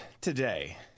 today